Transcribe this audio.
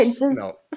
no